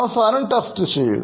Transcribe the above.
അവസാനം ടെസ്റ്റ് ചെയ്യുക